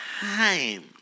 time